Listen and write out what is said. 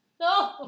No